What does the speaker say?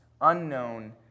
unknown